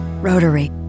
Rotary